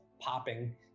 popping